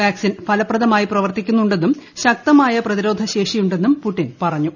vaccine ഫലപ്രദമായി പ്രവർത്തിക്കുന്നുണ്ടെന്നും ശക്തമായ പ്രതിരോധ ശേഷിയുണ്ടെന്നും പുടിൻ പറഞ്ഞു